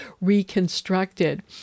reconstructed